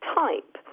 type